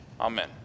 amen